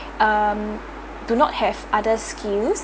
um do not have other skills